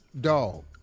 Dog